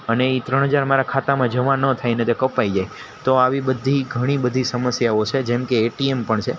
અને એ ત્રણ હજાર મારા ખાતામાં જમા ન થાયને તે કપાઈ જાય તો આવી બધી ઘણી બધી સમસ્યાઓ છે જેમ કે એટીએમ પણ છે